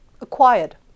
acquired